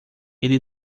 ele